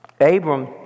Abram